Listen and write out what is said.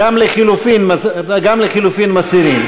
לחלופין מסירים?